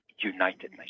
United